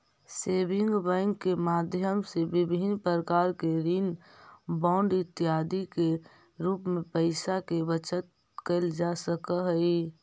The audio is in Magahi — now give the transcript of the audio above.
सेविंग बैंक के माध्यम से विभिन्न प्रकार के ऋण बांड इत्यादि के रूप में पैइसा के बचत कैल जा सकऽ हइ